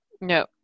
No